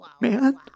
man